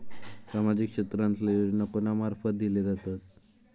सामाजिक क्षेत्रांतले योजना कोणा मार्फत दिले जातत?